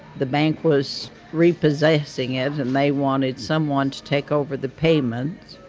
the bank was repossessing it and they wanted someone to take over the payments.